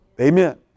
amen